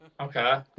Okay